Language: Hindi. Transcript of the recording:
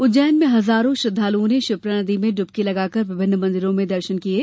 उज्जैन में हजारो श्रदालुओं ने क्षिप्रा नदी में डुबकी लगाकर विभिन्न मंदिरों में दर्शन किये